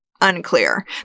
unclear